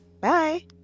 Bye